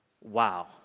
wow